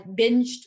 binged